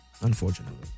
Unfortunately